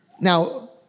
Now